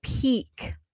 peak